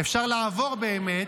אפשר לעבור באמת,